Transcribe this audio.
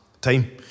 time